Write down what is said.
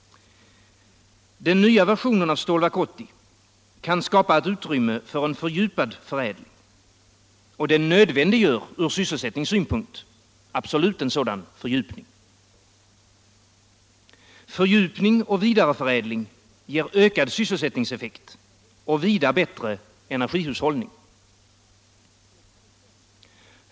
Den nya versionen av Stålverk 80 kan skapa ett utrymme för en fördjupad förädling. Den nödvändiggör från sysselsättningssynpunkt absolut en sådan fördjupning. 2. Fördjupning och vidareförädling ger ökad sysselsättningseffekt och vida bättre energihushållning. 3.